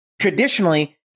Traditionally